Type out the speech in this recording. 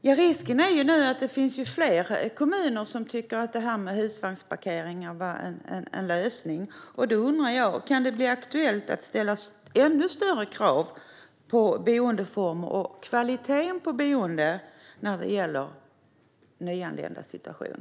Herr talman! Risken är ju att fler kommuner tycker att husvagnsparkeringar är en lösning, och därför undrar jag om det kan bli aktuellt att ställa ännu högre krav på boendeformer och kvaliteten på boendet när det gäller de nyanländas situation.